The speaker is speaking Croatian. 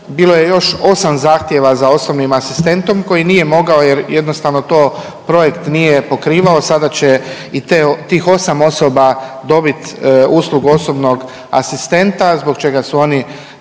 bilo je još 8 zahtjeva za osobnim asistentom koji nije mogao jer jednostavno to projekt nije pokrivao, sada će i tih 8 osoba dobit uslugu osobnog asistenta zbog čega su oni